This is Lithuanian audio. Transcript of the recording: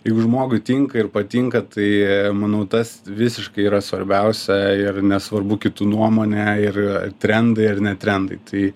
jeigu žmogui tinka ir patinka tai manau tas visiškai yra svarbiausia ir nesvarbu kitų nuomonė ir trendai ar ne trendai tai